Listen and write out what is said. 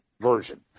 version